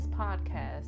podcast